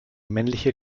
männliche